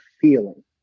feeling